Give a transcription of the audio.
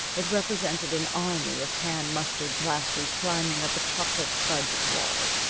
it represented an army of tan mustard plasters climbing up a chocolate-fudge wall.